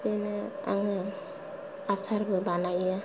बिदिनो आङो आसारबो बानायो